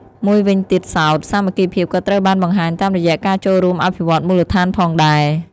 មួយវិញទៀតសោត សាមគ្គីភាពក៏ត្រូវបានបង្ហាញតាមរយៈការចូលរួមអភិវឌ្ឍន៍មូលដ្ឋានផងដែរ។